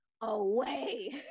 away